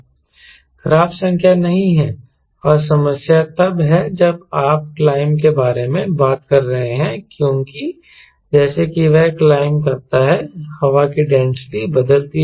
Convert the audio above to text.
खराब संख्या नहीं है और समस्या तब है जब आप क्लाइंब के बारे में बात कर रहे हैं क्योंकि जैसे ही वह क्लाइंब करता है हवा की डेंसिटी बदलती है